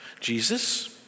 Jesus